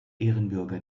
ehrenbürger